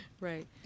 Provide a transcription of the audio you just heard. right